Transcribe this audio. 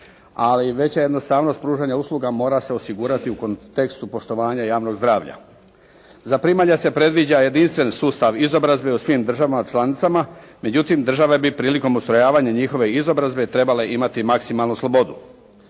Ali veća je jednostavnost pružanja usluga mora se osigurati u kontekstu poštovanja javnog zdravlja. Za primalje se predviđa jedinstven sustav izobrazbe u svim državama članicama. Međutim, države bi prilikom ustrojavanja njihove izobrazbe trebale imati maksimalnu slobodu.